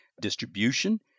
distribution